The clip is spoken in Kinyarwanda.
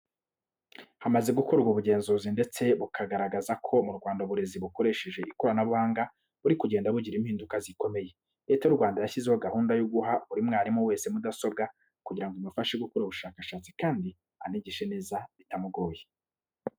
Hamaze gukorwa ubugenzuzi ndetse bukagaragaza ko mu Rwanda uburezi bukoresheje ikoranabuhanga buri kugenda bugira impinduka zikomeye, Leta y'u Rwanda yashyizeho gahunda yo guha buri mwarimu wese mudasobwa kugira ngo imufashe gukora ubushakashatsi, kandi anigishe neza bitamugoye.